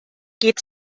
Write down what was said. geht